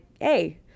hey